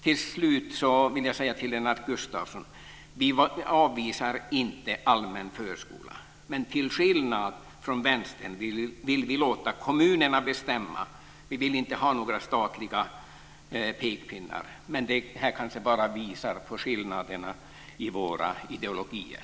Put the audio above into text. Till slut vill jag säga till Lennart Gustavsson att vi inte avvisar allmän förskola. Men till skillnad från vänstern vill vi låta kommunerna bestämma. Vi vill inte ha några statliga pekpinnar. Men detta kanske bara visar på skillnaderna i våra ideologier.